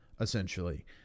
essentially